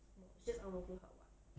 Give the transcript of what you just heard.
什么 ang mo kio 好 [what]